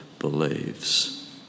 Believes